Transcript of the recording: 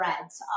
threads